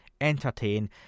entertain